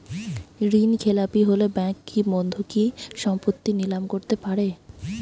ঋণখেলাপি হলে ব্যাঙ্ক কি বন্ধকি সম্পত্তি নিলাম করতে পারে?